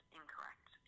incorrect